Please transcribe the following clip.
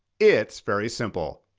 it's very simple.